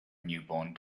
newborn